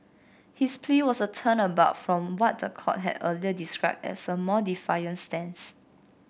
his plea was a turnabout from what the court had earlier described as a more defiant stance